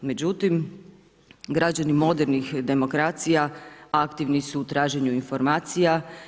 Međutim, građani modernih demokracija aktivni su u traženju informacija.